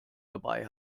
dabei